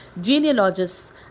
genealogists